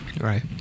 Right